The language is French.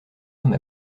homme